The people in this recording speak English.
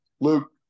Luke